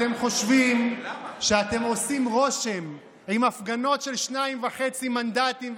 אתם חושבים שאתם עושים רושם עם הפגנות של שניים וחצי מנדטים,